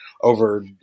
over